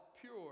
pure